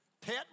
Pet